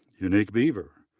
unique beaver,